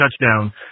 touchdown